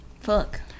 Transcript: Fuck